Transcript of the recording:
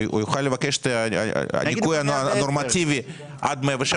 הוא יוכל לבקש את הניכוי הנורמטיבי עד 107?